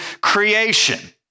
creation